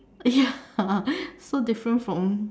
ya so different from